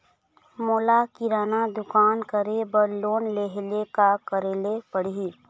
मोला किराना दुकान करे बर लोन लेहेले का करेले पड़ही?